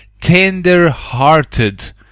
tender-hearted